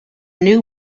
new